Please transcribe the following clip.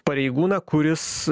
pareigūną kuris